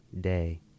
day